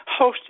hosted